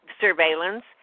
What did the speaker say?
surveillance